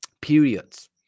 periods